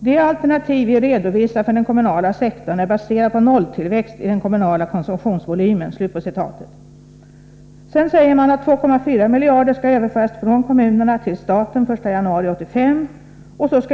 ”De alternativ vi redovisar för den kommunala sektorn är baserade på nolltillväxt i den kommunala konsumtionsvolymen.” Sedan säger man att 2,4 miljarder skall överföras från kommunerna till staten från den 1 januari 1985.